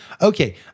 Okay